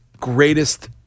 greatest